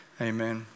Amen